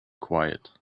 quiet